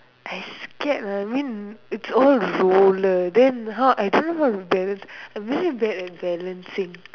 I scared lah I mean it's all roller then how I don't know how to balance I'm really bad at balancing